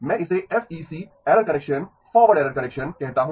मैं इसे FEC error correction forward error correction कहता हूं